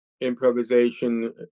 improvisation